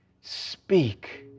speak